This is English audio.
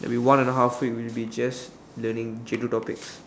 will be one and a half week will be just learning J-two topics